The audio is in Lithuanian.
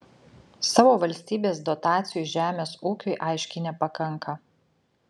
savo valstybės dotacijų žemės ūkiui aiškiai nepakanka